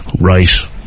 Right